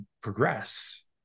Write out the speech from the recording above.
progress